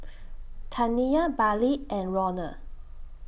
Taniyah Bailee and Ronald